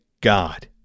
God